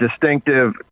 distinctive